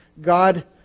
God